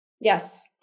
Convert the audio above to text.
yes